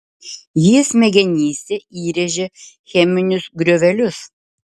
jie smegenyse įrėžia cheminius griovelius